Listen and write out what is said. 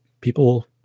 people